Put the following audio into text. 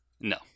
No